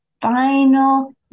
final